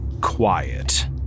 quiet